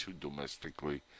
domestically